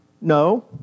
No